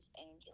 Angel